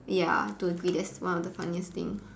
ya to me that's one of the funniest thing